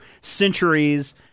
centuries